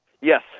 Yes